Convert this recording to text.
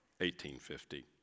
1850